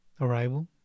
Arrival